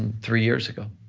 three years ago.